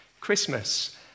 Christmas